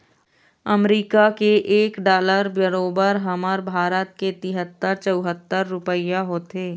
अमरीका के एक डॉलर बरोबर हमर भारत के तिहत्तर चउहत्तर रूपइया होथे